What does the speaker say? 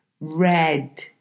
red